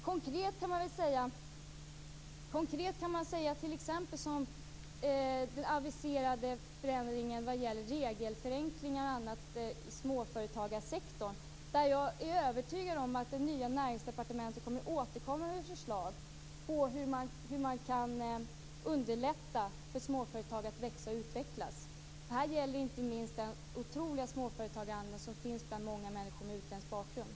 Konkret kan nämnas t.ex. den aviserade förändringen vad gäller regelförenklingar och annat inom småföretagarsektorn. Jag är övertygad om att det nya Näringsdepartementet återkommer med förslag om hur man kan underlätta för småföretag att växa och utvecklas. Här gäller det inte minst den otroliga småföretagaranda som finns bland många människor med utländsk bakgrund.